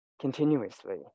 continuously